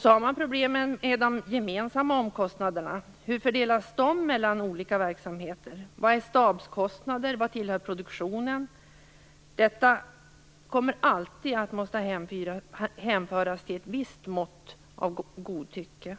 Samma problem är det med de gemensamma omkostnaderna. Hur fördelas de mellan olika verksamheter? Vad är stabskostnader, vad tillhör produktionen? Detta kommer alltid att förknippas med ett visst mått av godtycke.